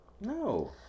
No